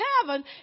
heaven